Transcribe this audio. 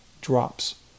drops